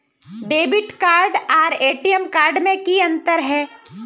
Debit card आर ATM card में की अंतर है?